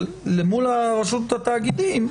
אבל מול רשות התאגידים,